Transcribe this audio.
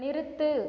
நிறுத்து